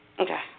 Okay